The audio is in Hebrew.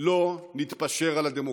לא נתפשר על הדמוקרטיה.